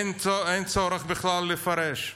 אין צורך לפרש בכלל.